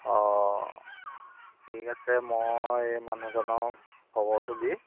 অঁ ঠিক আছে মই এই মানুহজনক খবৰটো দি